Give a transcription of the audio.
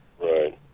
right